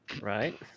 Right